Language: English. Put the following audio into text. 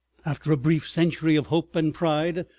after a brief century of hope and pride,